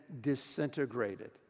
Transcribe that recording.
disintegrated